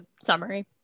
summary